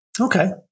Okay